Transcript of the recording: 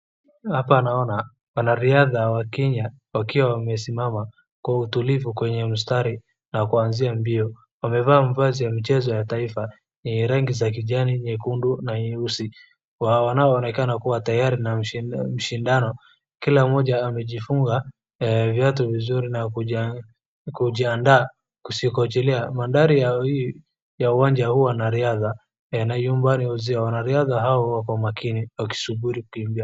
Hapa naona wanariadha wa kenya wakiwa wamesimama kwa utulivu kwenye mstari ya kuanzia mbio, wamevaa mavazi ya michezo ya taifa yenye rangi za kijani, nyekundu na nyeusi. Wanaonekana kuwa tayari na mshindano, kila mmoja amejifunga viatu vizuri na kujiandaa kusikoachilia. Mandhari ya uwanja huu ya wanariadha yana uzio, wanariadha hawa wako makini wakisubiri kukimbia.